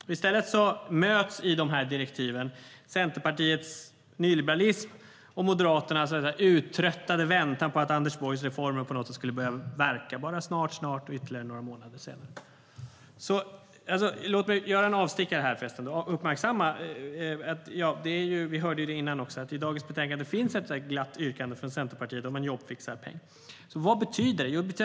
I direktiven möts i stället Centerpartiets nyliberalism och Moderaternas uttröttade väntan på att Anders Borgs reformer skulle börja verka på något sätt - bara snart, snart och om ytterligare några månader. Låt mig förresten göra en avstickare här och uppmärksamma att det i betänkandet finns ett glatt yrkande från Centerpartiet om en jobbfixarpeng. Vad betyder det?